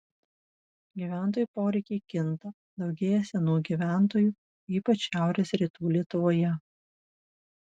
gyventojų poreikiai kinta daugėja senų gyventojų ypač šiaurės rytų lietuvoje